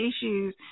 issues